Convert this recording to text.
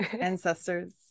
ancestors